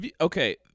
Okay